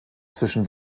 zwischen